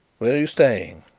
where are you staying?